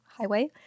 Highway